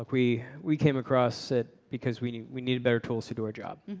like we we came across it, because we we needed their tools to do our job.